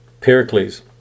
Pericles